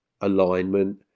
alignment